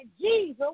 Jesus